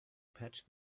patch